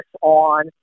on